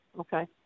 Okay